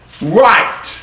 Right